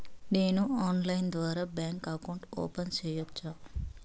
నేను ఆన్లైన్ ద్వారా bank account open సేయొచ్చా?